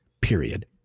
period